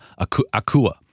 Akua